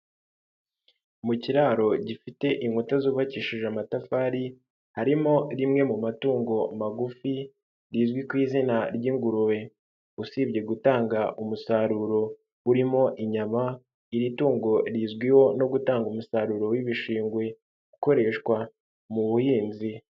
Mu kiraro gifite inkuta zubakishije amatafari harimo rimwe mu matungo magufi rizwi ku izina ry'ingurube, usibye gutanga umusaruro urimo inyama, iri tungo rizwiho no gutanga umusaruro w'ibishingwe ukoreshwa mu buhinzi.